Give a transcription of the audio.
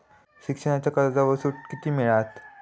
शिक्षणाच्या कर्जावर सूट किती मिळात?